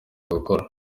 gukora